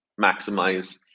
maximize